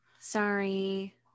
sorry